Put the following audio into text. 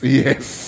yes